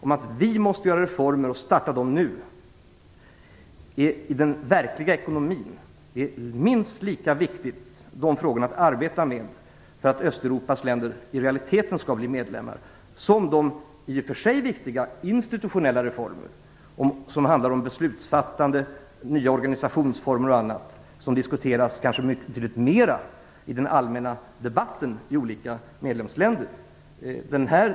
Vi måste reformera i den verkliga ekonomin, och det reformarbetet måste vi starta nu. Det är minst lika viktigt att vi arbetar med detta för att Östeuropas länder i realiteten skall bli medlemmar som med de i och för sig viktiga institutionella reformer som handlar om beslutsfattande, nya organisationsformer och annat. De reformerna diskuteras mycket, kanske betydligt mer, i den allmänna debatten i olika medlemsländer.